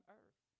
earth